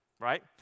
right